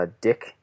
Dick